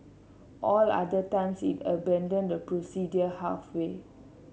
all other times it abandoned the procedure halfway